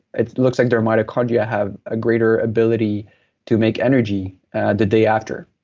it looks like their mitochondria have a greater ability to make energy the day after.